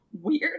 weird